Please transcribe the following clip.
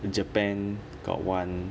in japan got one